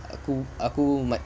aku aku ma~